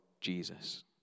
Jesus